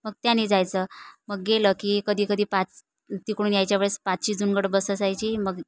मग त्याने जायचं मग गेलं की कधी कधी पाच तिकडून यायच्या वेळेस पाचची जुनगड बस असायची मग